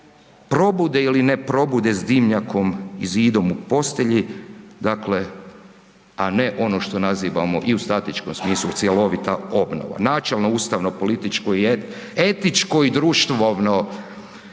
probude ili ne probude s dimnjakom i zidom u postelji, dakle, a ne ono što nazivamo i u statičkom smislu cjelovita obnova. Načelno ustavno političko i etičko i društvovno pitanje